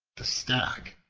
the stag,